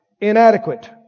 Inadequate